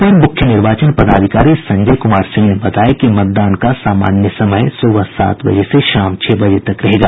अपर मूख्य निर्वाचन पदाधिकारी संजय क्रमार सिंह ने बताया कि मतदान का सामान्य समय सुबह सात बजे से शाम छह बजे तक रहेगा